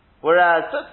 Whereas